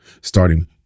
starting